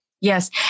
Yes